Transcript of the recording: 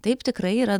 taip tikrai yra